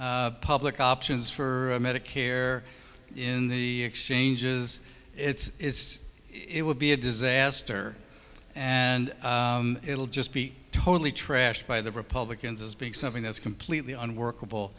by public options for medicare in the exchanges it's it will be a disaster and it'll just be totally trashed by the republicans as being something that's completely unworkable